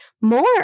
more